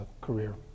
career